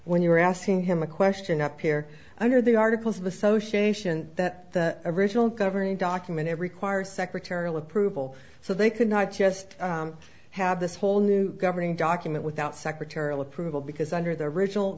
when you were asking him a question up here under the articles of association that the original governing document every choir secretarial approval so they could not just have this whole new governing document without secretarial approval because under the original